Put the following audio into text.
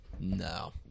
no